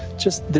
just,